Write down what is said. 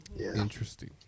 interesting